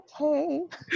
okay